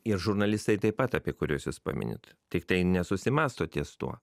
ir žurnalistai taip pat apie kuriuos jūs paminit tiktai nesusimąsto ties tuo